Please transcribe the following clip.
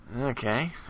Okay